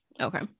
Okay